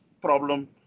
problem